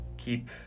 keep